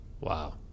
Wow